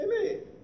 Amen